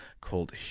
called